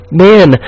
man